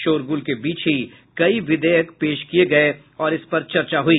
शोरगुल के बीच ही कई विधेयक पेश किये गये और इस पर चर्चा हुई